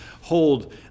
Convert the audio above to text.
hold